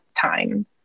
time